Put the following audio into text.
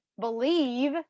believe